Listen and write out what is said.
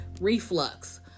reflux